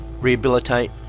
Rehabilitate